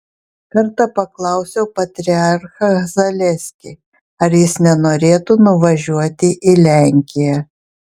kartą paklausiau patriarchą zaleskį ar jis nenorėtų nuvažiuoti į lenkiją